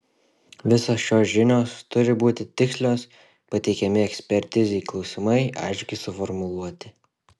visos šios žinios turi būti tikslios pateikiami ekspertizei klausimai aiškiai suformuluoti